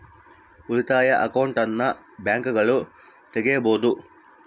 ಉಳಿತಾಯ ಅಕೌಂಟನ್ನ ಬ್ಯಾಂಕ್ಗಳಗ ತೆಗಿಬೊದು